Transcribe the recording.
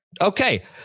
Okay